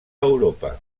europa